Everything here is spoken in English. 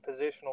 positional